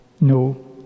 No